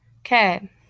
Okay